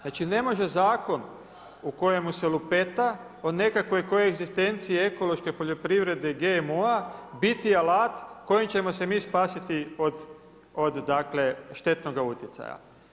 Znači ne može zakon u kojemu se lupeta o nekakvoj koegzistenciji ekološkoj poljoprivredi GMO-a biti alat kojim ćemo se mi spasiti od štetnoga utjecaja.